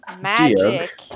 Magic